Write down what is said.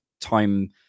time